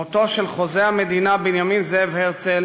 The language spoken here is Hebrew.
מותו של חוזה המדינה בנימין זאב הרצל